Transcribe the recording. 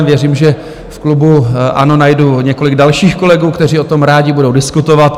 Věřím, že v klubu ANO najdu několik dalších kolegů, kteří o tom rádi budou diskutovat.